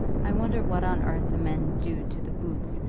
i wonder what on earth the men do to the boots,